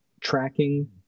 tracking